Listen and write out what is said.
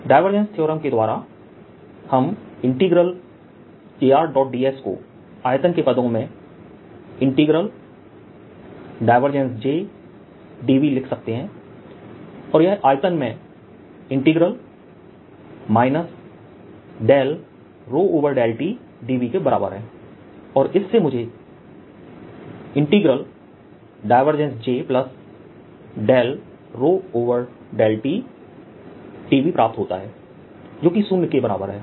divergence theorem के द्वारा हम jds को आयतन के पदों में∇j dV लिख सकते हैं और यह आयतन में ∂ρ∂t dVके बराबर है और इससे मुझे j∂ρ∂t dV प्राप्त होता है जोकि शून्य के बराबर है